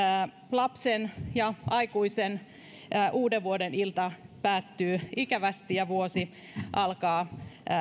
lapsen ja aikuisen uudenvuodenilta päättyy ikävästi ja vuosi alkaa